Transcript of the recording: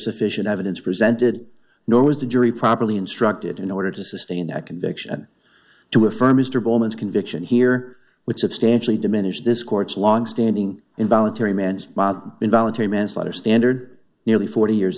sufficient evidence presented nor was the jury properly instructed in order to sustain that conviction to affirm mr bowman's conviction here which substantially diminished this court's longstanding involuntary man's involuntary manslaughter standard nearly forty years